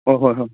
ꯍꯣꯏ ꯍꯣꯏ ꯍꯣꯏ